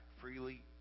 freely